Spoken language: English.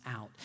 out